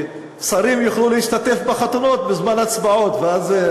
ששרים יוכלו להשתתף בחתונות בזמן ההצבעות.